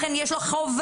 לכן יש לו חובה,